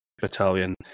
battalion